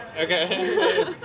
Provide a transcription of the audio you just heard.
okay